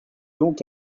donc